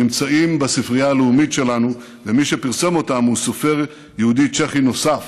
נמצאים בספרייה הלאומית שלנו ומי שפרסם אותם הוא סופר יהודי צ'כי נוסף,